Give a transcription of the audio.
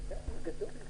בבקשה.